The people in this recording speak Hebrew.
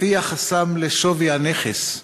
לפי יחסם לשווי הנכס,